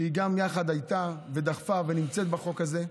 שגם יחד הייתה, ודחפה, ונמצאת בחוק הזה,